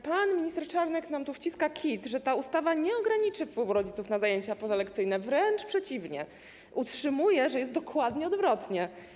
Pan minister Czarnek nam tu wciska kit, że ta ustawa nie ograniczy wpływu rodziców na zajęcia pozalekcyjne, wręcz przeciwnie, utrzymuje, że jest dokładnie odwrotnie.